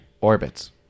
Orbits